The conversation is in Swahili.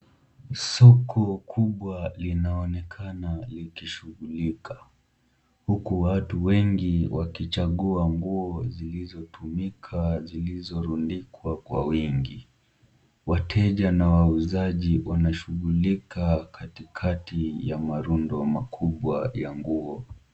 Soko kubwa linaonekana likishughulika huku watu wengi wakichagua nguo zilizotumika zilirundikwa kwa wingi. Wateja na wauzaji wanashughulika katikati ya marundo makubwa ya nguo.